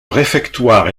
réfectoire